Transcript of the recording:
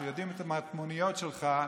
כשיודעים את המטמוניות שלך,